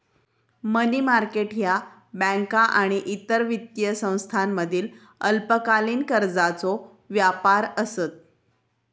मनी market ह्या बँका आणि इतर वित्तीय संस्थांमधील अल्पकालीन कर्जाचो व्यापार आसत